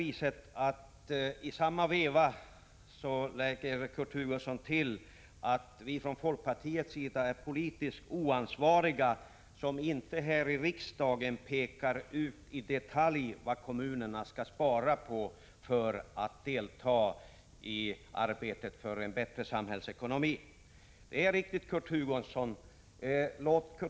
I samma veva lade Kurt Hugosson till att vi från folkpartiets sida är politiskt oansvariga som inte här i riksdagen i detalj pekar ut vad kommunerna skall spara på för att delta i arbetet för en bättre samhällsekonomi. Det är riktigt, Kurt Hugosson, att vi inte gör det.